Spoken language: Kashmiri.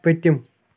پٔتِم